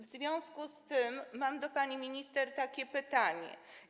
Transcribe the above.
W związku z tym mam do pani minister takie pytanie.